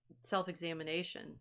self-examination